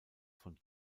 von